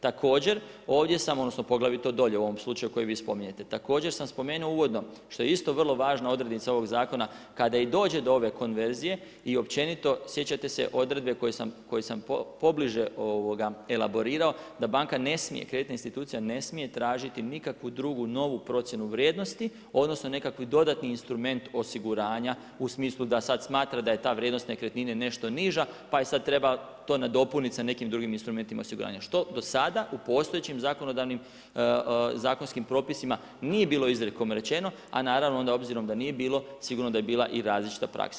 Također, ovdje sam, odnosno poglavito dolje u ovom slučaju koji vi spominjete, također sam spomenuo uvodno što je isto vrlo važna odrednica ovoga zakona, kada i dođe do ove konverzije, i općenito, sjećate se odredbe koju sam pobliže elaborirao da banka ne smije, kreditne institucija ne smije tražiti nikakvu drugu novu procjenu vrijednosti odnosno nekakvi dodatni instrument osiguranja u smislu da sad smatra da je ta vrijednost nekretnine nešto niža pa je sad treba to nadopunit sa nekim drugim instrumentima osiguranja, što dosada u postojećim zakonodavnim zakonskim propisima, nije bilo izrekom rečeno, a naravno da obzirom da nije bilo, sigurno da je bila i različita praksa.